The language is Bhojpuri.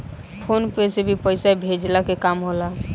फ़ोन पे से भी पईसा भेजला के काम होला